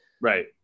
right